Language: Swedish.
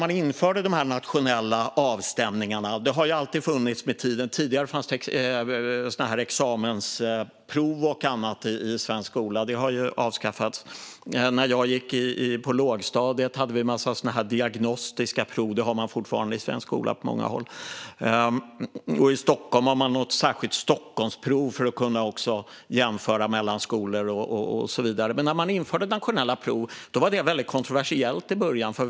Nationella avstämningar har alltid funnits. Tidigare fanns examensprov i svensk skola, men de har avskaffats. När jag gick på lågstadiet hade vi en massa diagnostiska prov, och de finns fortfarande i svensk skola på många håll. I Stockholm finns ett särskilt Stockholmsprov för att jämföra skolor. Det var kontroversiellt när nationella prov infördes.